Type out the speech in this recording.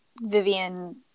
Vivian